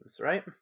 right